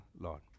Lord